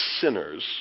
sinners